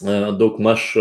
na daugmaž